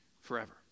forever